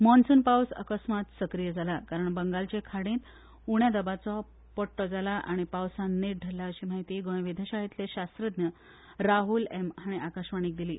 मॉन्सून पावस अकस्मात सक्रिय जाला कारण बंगालचे खाडींत उण्या दाबाचो पट्टो जाला आनी पावसान नेट धरला अशी म्हायती गोंय वेधशाळेंतले शास्त्रज्ञ राहुल एम हांणी आकाशवाणीक दिली